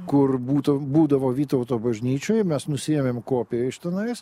kur būtų būdavo vytauto bažnyčioj mes nusiėmėm kopiją iš tenais